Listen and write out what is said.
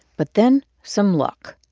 but then some luck.